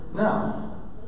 Now